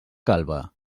calba